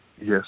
Yes